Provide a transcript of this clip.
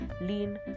lean